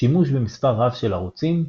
שימוש במספר רב של ערוצים,